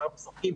מחר מספקים,